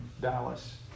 Dallas